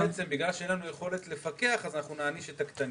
את בעצם אומרת שבגלל שאין לכם יכולת לפקח אתם תענישו את הקטנים.